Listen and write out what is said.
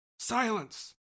Silence